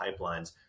pipelines